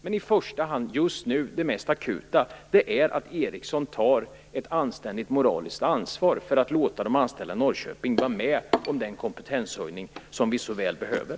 Men i första hand är det mest akuta nu att Ericsson tar ett anständigt moraliskt ansvar och låter de anställda i Norrköping vara med om den kompetenshöjning vi så väl behöver.